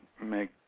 make